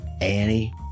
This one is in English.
Annie